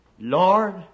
Lord